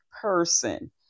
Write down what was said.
person